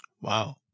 Wow